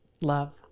Love